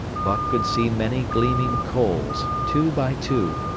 buck could see many gleaming coals, two by two,